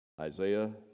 Isaiah